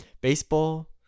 Baseball